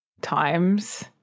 times